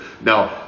Now